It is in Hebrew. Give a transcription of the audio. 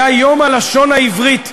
היה יום הלשון העברית,